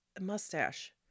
mustache